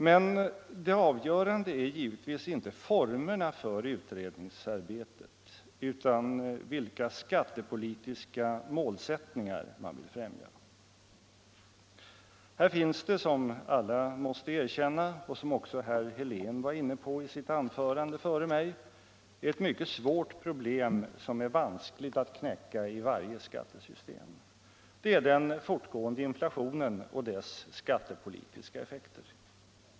Men det avgörande är givetvis inte formerna för utredningsarbetet, utan vilka skattepolitiska målsättningar man vill främja. Här finns det, som alla måste erkänna och som också herr Helén var inne på i sitt anförande före mig, ett mycket svårt problem som är vanskligt att knäcka i varje skattesystem. Det är den fortgående inflationen och dess skattepolitiska effekter.